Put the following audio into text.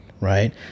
right